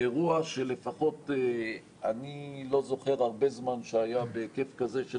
באירוע שלפחות אני לא זוכר הרבה זמן שהיה בהיקף כזה של